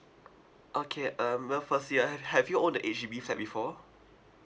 okay um well firstly uh have have you owned a H_D_B flat before